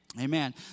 Amen